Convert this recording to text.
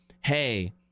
hey